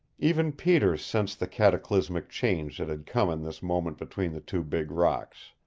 even peter sensed the cataclysmic change that had come in this moment between the two big rocks.